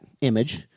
image